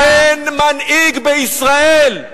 כי אין מנהיג בישראל.